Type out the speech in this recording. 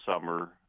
summer